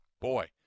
boy